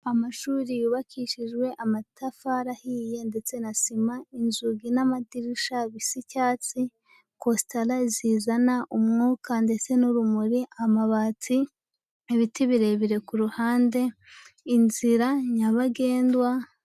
Amashuri yubakishijwe amatafari ahiye ndetse na sima, inzugi n'amadirisha bisa icyatsi, kositara zizana umwuka ndetse n'urumuri, amabati, ibiti birebire ku ruhande, inzira nyabagendwa.